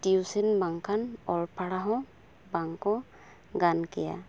tuition ᱵᱟᱝᱠᱷᱟᱱ ᱚᱞ ᱯᱟᱲᱦᱟ ᱦᱚᱸ ᱵᱟᱝᱠᱚ ᱜᱟᱱ ᱠᱮᱭᱟ